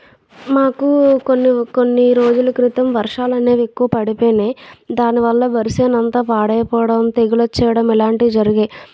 మాకు కొన్ని కొన్ని రోజుల క్రితం వర్షాలనేవి ఎక్కువ పడిపోయినాయి దాని వల్ల వరి చేను అంతా పాడైపోవడం తెగులు వచ్చేయడం ఇలాంటివి జరిగాయి